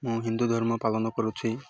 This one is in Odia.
ମୁଁ ହିନ୍ଦୁ ଧର୍ମ ପାଳନ କରୁଛି